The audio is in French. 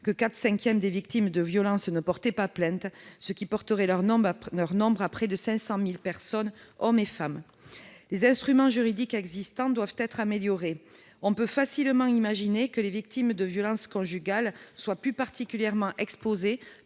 quatre cinquièmes des victimes de violences ne déposaient pas de plainte, ce qui porterait leur nombre à près de 500 000 personnes, hommes et femmes. Les instruments juridiques existants doivent être améliorés. On peut facilement imaginer que les victimes de violences conjugales soient plus particulièrement exposées